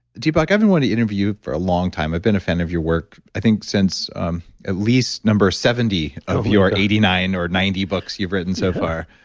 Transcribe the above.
deepak, i've been wanting to interview you for a long time. i've been a fan of your work, i think since um at least number seventy of your eighty nine or ninety books you've written so far.